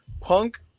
punk